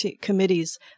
committees